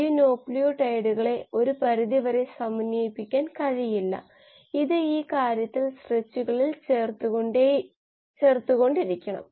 90 കളുടെ തുടക്കത്തിൽ വള്ളിനോയുടെയും സ്റ്റെഫനോപോലോസിന്റെയും സൃഷ്ടികളെക്കുറിച്ച് നമ്മൾ സംസാരിച്ച ലൈസിൻ ഉല്പാദന മെച്ചപ്പെടുത്തലിലേക്ക് പോയത് ഇതാണ്